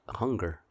hunger